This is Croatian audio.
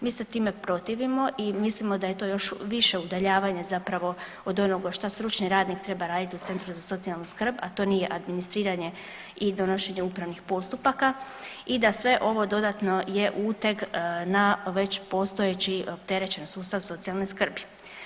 Mi se time protivimo i mislimo da je to još više udaljavanje zapravo od onog što stručni radnik treba raditi u centru za socijalnu skrb, a to nije administriranje i donošenje upravnih postupaka i da sve ovo dodatno je uteg na već postojeći opterećen sustav socijalne skrbi.